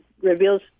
reveals